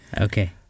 Okay